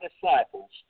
disciples